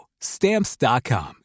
Stamps.com